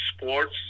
sports